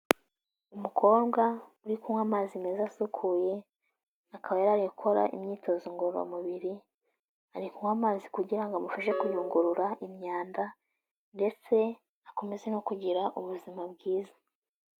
Umukobwa uri kunywa amazi meza asukuye, akaba yari ari gukora imyitozo ngororamubiri, ari kunywa amazi kugira ngo amufashe kuyungurura imyanda ndetse akomeze no kugira ubuzima bwiza.